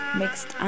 mixed